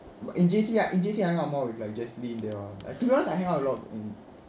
in J_C I in J_C I hung out more with like justin there previously I hung out a lot